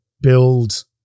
build